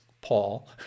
Paul